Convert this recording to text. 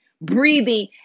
breathing